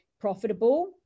profitable